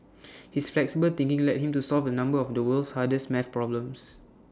his flexible thinking led him to solve A number of the world's hardest math problems